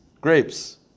grapes